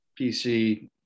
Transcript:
PC